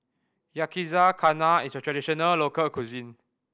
yakizakana is a traditional local cuisine